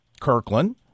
Kirkland